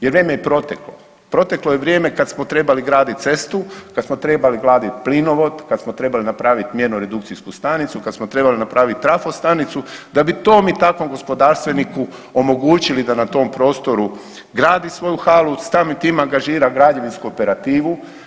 Jer vrijeme je proteklo, proteklo je vrijeme kad smo trebali graditi cestu, kad smo trebali graditi plinovod, kad smo trebali napraviti mjernu redukcijsku stanicu, kad smo trebali napravit trafostanicu da bi tom i takvom gospodarstveniku omogućili da na tom prostoru gradi svoju halu, samim tim angažira građevinsku operativu.